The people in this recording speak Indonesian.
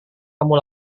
kamu